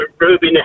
ruby